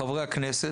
חברי הכנסת